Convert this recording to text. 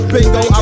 Bingo